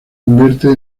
convierte